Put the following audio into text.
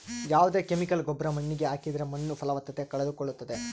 ಯಾವ್ದೇ ಕೆಮಿಕಲ್ ಗೊಬ್ರ ಮಣ್ಣಿಗೆ ಹಾಕಿದ್ರೆ ಮಣ್ಣು ಫಲವತ್ತತೆ ಕಳೆದುಕೊಳ್ಳುತ್ತದೆ